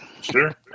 Sure